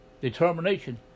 determination